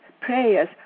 prayers